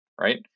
Right